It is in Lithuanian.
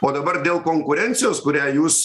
o dabar dėl konkurencijos kurią jūs